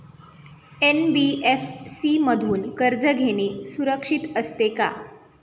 NBFC मधून कर्ज घेणे सुरक्षित असते का?